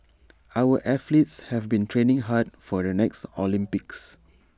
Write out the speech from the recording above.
our athletes have been training hard for the next Olympics